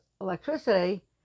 electricity